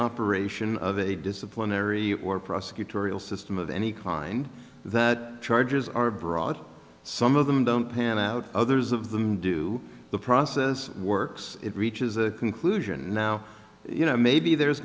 operation of a disciplinary or prosecutorial system of any kind that charges are brought some of them don't pan out others of them do the process works it reaches a conclusion now you know maybe there's